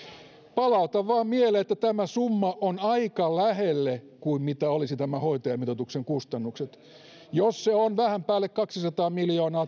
palautan vain mieleen että tämä summa on aika lähelle sitä mitä olisivat tämän hoitajamitoituksen kustannukset jos se hoitajamitoitus on vähän päälle kaksisataa miljoonaa